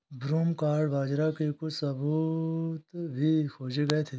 broomcorn बाजरा के कुछ सबूत भी खोजे गए थे